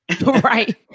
Right